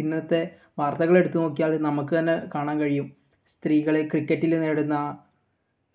ഇന്നത്തെ വർത്തകളെടുത്തു നോക്കിയാൽ നമുക്ക് തന്നെ കാണാൻ കഴിയും സ്ത്രീകൾ ക്രിക്കറ്റിൽ നേടുന്ന